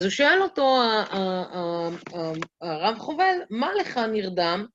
אז הוא שאל אותו, הרב חובל, מה לך נרדם?